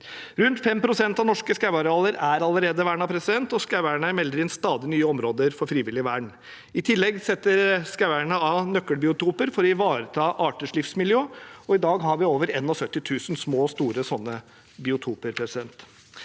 Rundt 5 pst. av norske skogarealer er allerede vernet, og skogeierne melder inn stadig nye områder for frivillig vern. I tillegg setter skogeierne av nøkkelbiotoper for å ivareta arters livsmiljø, og i dag har vi over 71 000 små og store sånne biotoper.